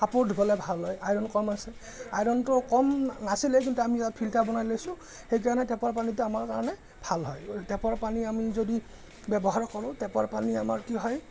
কাপোৰ ধুবলৈ ভাল হয় আইৰণ কম আছে আইৰণটো কম নাছিলে কিন্তু আমি ফিল্টাৰ বনাই লৈছোঁ সেইকাৰণে টেপৰ পানীটো আমাৰ কাৰণে ভাল হয় টেপৰ পানী আমি যদি ব্যৱহাৰ কৰোঁ টেপৰ পানী আমাৰ কি হয়